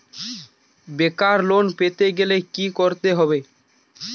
বেকার লোন পেতে গেলে কি করতে হবে?